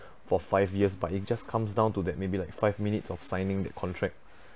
for five years but it just comes down to that maybe like five minutes of signing that contract